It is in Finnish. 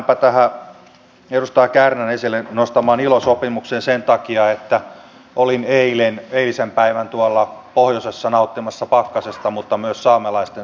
mennäänpä tähän edustaja kärnän esille nostamaan ilo sopimukseen sen takia että olin eilisen päivän tuolla pohjoisessa nauttimassa pakkasesta mutta myös saamelaisten seurasta